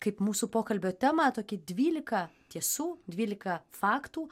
kaip mūsų pokalbio temą tokį dvylika tiesų dvylika faktų